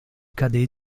cadets